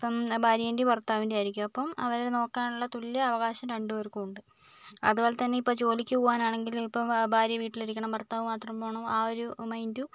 ഇപ്പം ഭാര്യൻ്റെയും ഭർത്താവിൻ്റെയും ആയിരിക്കും അപ്പം അവർ നോക്കാനുള്ള തുല്യ അവകാശം രണ്ടു പേർക്കും ഉണ്ട് അതുപോലെ തന്നെ ഇപ്പോൾ ജോലിക്ക് പോവാനാണെങ്കിൽ ഇപ്പം ഭാര്യ വീട്ടിലിരിക്കണം ഭർത്താവ് മാത്രം പോകണം ആ ഒരു മൈൻഡും